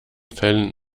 fällen